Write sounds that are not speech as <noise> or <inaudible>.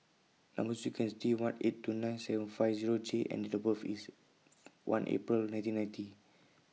Number sequence IS T one eight two nine seven five Zero J and Date of birth IS <hesitation> one April nineteen ninety